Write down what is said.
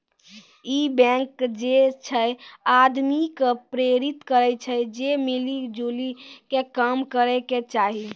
इ बैंक जे छे आदमी के प्रेरित करै छै जे मिली जुली के काम करै के चाहि